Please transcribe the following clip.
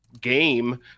game